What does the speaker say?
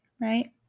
right